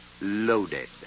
Loaded